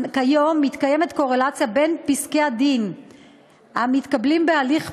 כיום יש קורלציה בין פסקי-הדין המתקבלים בהליך פלילי,